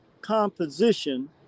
composition